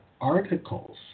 articles